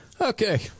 Okay